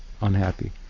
unhappy